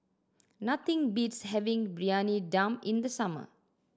nothing beats having Briyani Dum in the summer